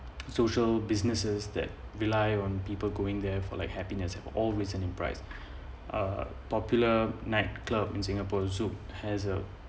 social businesses that rely on people going there for like happiness have always an implied uh popular nightclubs in singapore zouk has a